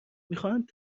میخواهند